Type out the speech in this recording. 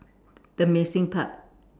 the missing part